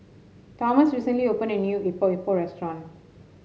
Tomas recently opened a new Epok Epok restaurant